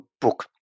book